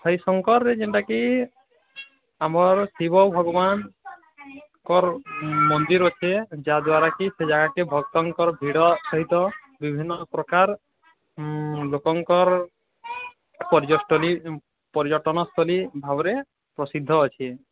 ହରିଶଙ୍କର୍ରେ ଯେନ୍ଟା କି ଆମର୍ ଶିବ ଭଗବାନ୍ଙ୍କର ମନ୍ଦିର୍ ଅଛି ଯାହାଦ୍ୱାର୍ କି ସେ ଜାଗା କେଁ ଭକ୍ତଙ୍କର୍ ଭିଡ ସହିତ ବିଭିନ୍ ପ୍ରକାର୍ ଲୋକଙ୍କର୍ ପର୍ଯ୍ୟଟନି ପର୍ଯ୍ୟଟନ ସ୍ଥଲି ଭାବରେ ପ୍ରସିଦ୍ଧ ଅଛି